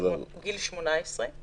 גיל 18,